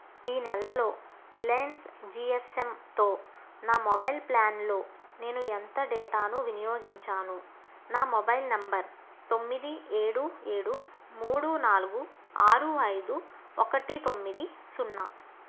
ఈ నెలలో Reliance G S ఎమ్తో నా మొబైల్ ప్లాన్లో నేను ఎంత డేటాను వినియోగించాను నా మొబైల్ నెంబర్ తొమ్మిది ఏడు ఏడు మూడు నాలుగు ఆరు ఐదు ఒకటి తొమ్మిది సున్నా